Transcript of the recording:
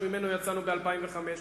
שממנו יצאנו ב-2005.